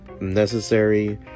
necessary